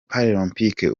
paralempike